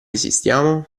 esistiamo